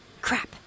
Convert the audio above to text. Crap